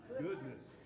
Goodness